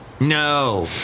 No